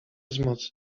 wzmocni